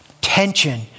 Tension